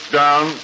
down